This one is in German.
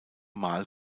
mal